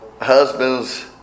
husbands